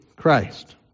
Christ